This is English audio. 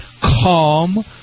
calm